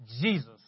Jesus